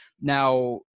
Now